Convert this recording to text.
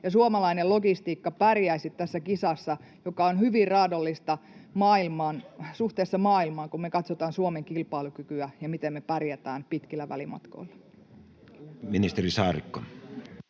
suomalainen logistiikka pärjäisi tässä kisassa, joka on hyvin raadollista suhteessa maailmaan, kun me katsotaan Suomen kilpailukykyä ja sitä, miten me pärjätään pitkillä välimatkoilla?